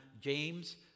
James